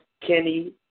Kenny